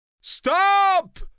Stop